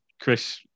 Chris